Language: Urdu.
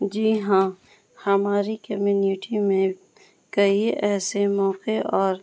جی ہاں ہماری کمیونٹی میں کئی ایسے موقع اور